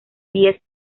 diez